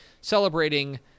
celebrating